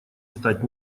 стать